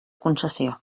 concessió